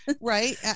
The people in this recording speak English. Right